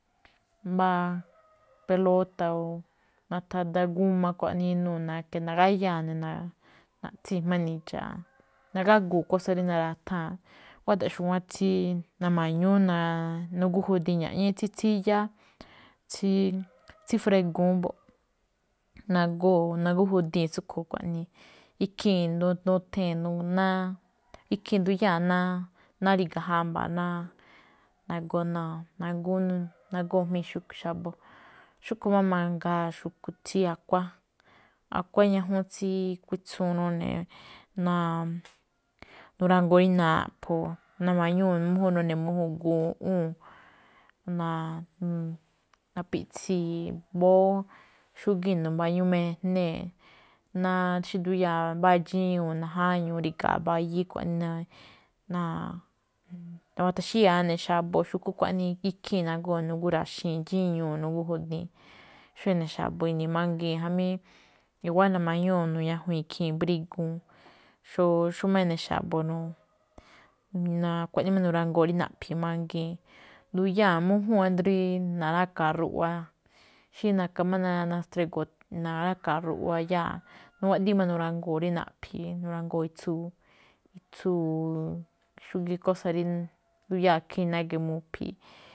mbá pelóta̱ o nathada g a xkuaꞌnii inuu̱ na̱ka̱ nagáyáa̱ ne̱, na- naꞌtsíi̱n ga̱jma̱á nindxa̱a̱ꞌ, nagágu̱u̱ kósa̱ rí naratháa̱n, guáda̱ꞌ xu̱wán tsí na̱ma̱ñúú nagóó judiin ña̱ꞌíín tsí tsíyáá. Tsí tsífrigu̱ún mbo̱ꞌ nagóo̱ nagójudii̱n tsúꞌkhue̱n xkuaꞌnii, ikhii̱n nuthee̱n ikhii̱n nothee̱n ná ri̱ga̱ jamba̱a̱ na- nagóo̱ na' nagóo̱, nagóo̱ gajmíi̱n xa̱bo̱. Xúꞌkhue̱n máꞌ mangaa xu̱kú tsí a̱kuáan, a̱kuáan ñajuun tsí kuitsúun none̱ nurangoo rí naꞌpho̱, na̱ma̱ñúu̱ nune̱ mújúu̱n guꞌwúu̱n, napiꞌtsii̱ mbóó xúgíi̱n nu̱mba̱yú mijnée̱. Xí nduyáa̱ mbáa dxíñuu̱ najáñuu ri̱ga̱a̱ mbayíí xkuaꞌnii, nawataxíya̱a̱ ene̱ xa̱bo̱ xu̱kú xkuaꞌnii. Ikhii̱n nagóo̱ gúra̱xii̱n dxíñuu̱ nagó judii̱n. Xó ene̱ xa̱bo̱ ini̱i̱ mangii̱n jamí i̱wa̱á na̱ma̱ñúu̱ nuñajuii̱n ikhii̱n mbríguu̱n. xómá ene̱ xa̱bo̱ xkuaꞌnii nurangoo̱ rí naꞌphi̱i̱ mangii̱n. nduyáa̱ mújúu̱n, ído̱ rí na̱ráka̱a̱ ruꞌwa. Xí na̱ka̱ máꞌ ruꞌwa iyáa̱, nuwaꞌdii̱ máꞌ nurangoo̱ rí naꞌphi̱i̱, nurangoo̱ itsúu, itsúu xúgíí kósa̱ rí nduyáa̱ ikhii̱n nagi̱i̱ mu̱phi̱i̱.